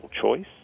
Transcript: choice